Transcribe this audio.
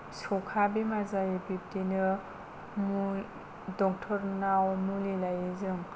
सखा बेमार जायो बिब्दिनो मुं डक्टरनाव मुलि लायो जों